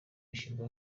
yashyirwa